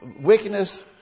wickedness